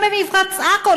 גם במפרץ עכו,